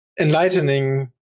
Enlightening